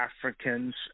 Africans